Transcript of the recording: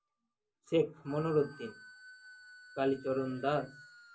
Sheikh Manuruddin Kalicharan Das